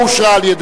התש"ע 2010,